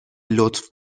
لطف